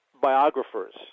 biographers